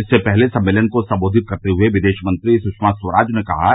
इससे पहले सम्मेलन को सम्बोधित करते हुए विदेश मंत्री सुरमा स्वराज ने कहा